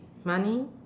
money